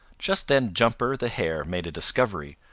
just then jumper the hare made a discovery.